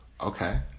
Okay